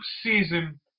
season